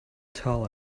tell